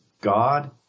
God